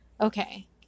okay